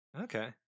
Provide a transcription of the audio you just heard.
Okay